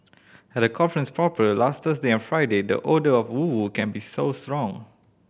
at the conference proper last Thursday and Friday the odour of woo woo can be so strong